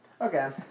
Okay